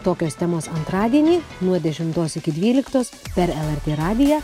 tokios temos antradienį nuo dešimtos iki dvyliktos per lrt radiją